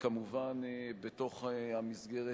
וכמובן בתוך המסגרת,